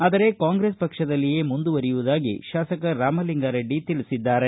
ಆದರೆ ಕಾಂಗ್ರೆಸ್ ಪಕ್ಷದಲ್ಲಿಯೇ ಮುಂದುವರಿಯುವುದಾಗಿ ಶಾಸಕ ರಾಮಲಿಂಗಾರೆಡ್ಡಿ ತಿಳಿಸಿದ್ದಾರೆ